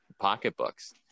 pocketbooks